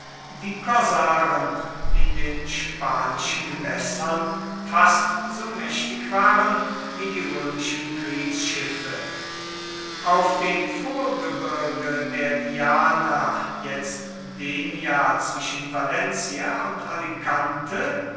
die korsaren in den spanischen gewässern fast so mächtig waren wie die römischen kriegsschiffe auf dem vorgebirge der diana jetzt denia zwischen valencia und